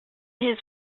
his